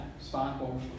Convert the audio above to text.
Sparkle